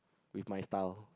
with my style